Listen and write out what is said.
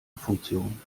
funktion